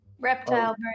Reptile